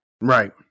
Right